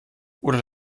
oder